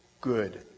good